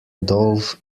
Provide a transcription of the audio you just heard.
dove